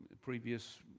previous